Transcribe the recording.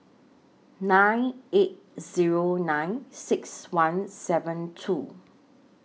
nine eight Zero nine six one seven two